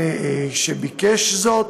לצרכן שביקש זאת.